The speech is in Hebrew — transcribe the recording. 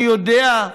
אני יודע,